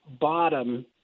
bottom